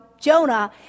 Jonah